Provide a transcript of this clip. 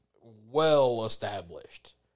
well-established